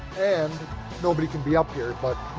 and nobody can be up here but